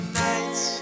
nights